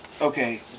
Okay